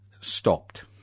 stopped